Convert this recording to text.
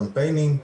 קמפיינים.